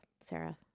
Sarah